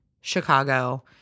Chicago